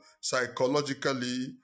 psychologically